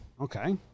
Okay